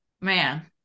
Man